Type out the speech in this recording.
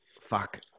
fuck